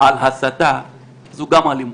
על הסתה זו גם אלימות,